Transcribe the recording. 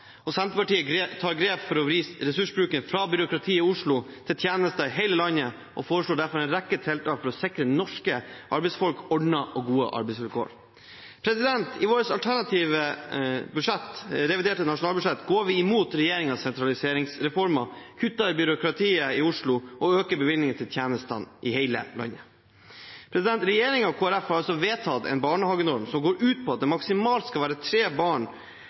Senterpartiet tar grep for å vri ressursbruken fra byråkrati i Oslo til tjenester i hele landet og foreslår derfor en rekke tiltak for å sikre norske arbeidsfolk ordnede og gode arbeidsvilkår. I vårt alternative reviderte nasjonalbudsjett går vi imot regjeringens sentraliseringsreformer, kutter i byråkratiet i Oslo og øker bevilgningene til tjenester i hele landet. Regjeringen og Kristelig Folkeparti har vedtatt en barnehagenorm som går ut på at det maksimalt skal være tre barn